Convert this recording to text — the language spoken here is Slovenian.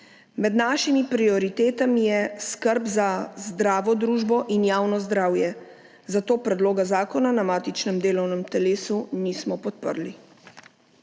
Med našimi prioritetami je skrb za zdravo družbo in javno zdravje, zato predloga zakona na matičnem delovnem telesu nismo podprli.